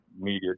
media